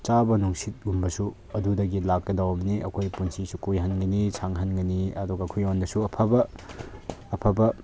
ꯆꯥꯕ ꯅꯨꯡꯁꯤꯠꯀꯨꯝꯕꯁꯨ ꯑꯗꯨꯗꯒꯤ ꯂꯥꯛꯀꯗꯧꯕꯅꯤ ꯑꯩꯈꯣꯏꯒꯤ ꯄꯨꯟꯁꯤꯁꯨ ꯀꯨꯏꯍꯟꯒꯅꯤ ꯁꯥꯡꯍꯟꯒꯅꯤ ꯑꯗꯨꯒ ꯑꯩꯈꯣꯏꯉꯣꯟꯗꯁꯨ ꯑꯐꯕ ꯑꯐꯕ